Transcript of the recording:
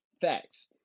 Facts